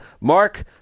Mark